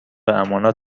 امانات